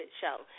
show